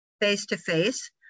face-to-face